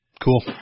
Cool